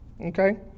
Okay